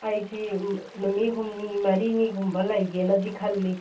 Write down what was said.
ꯑꯩꯁꯤ ꯅꯨꯃꯤꯠ ꯍꯨꯝꯅꯤ ꯃꯔꯤꯅꯤꯒꯨꯝꯕ ꯂꯩꯒꯦꯅꯗꯤ ꯈꯜꯂꯤ